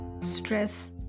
Stress